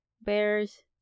Bears